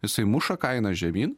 jisai muša kainą žemyn